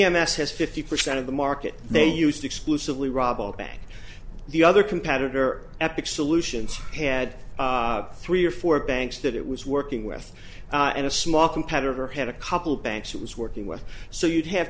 m s has fifty percent of the market they used exclusively robin bank the other competitor epic solutions had three or four banks that it was working with and a small competitor had a couple of banks it was working with so you'd have